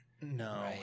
No